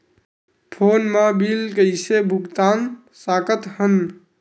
Phone मा bill कइसे भुक्तान साकत हन?